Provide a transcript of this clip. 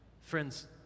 Friends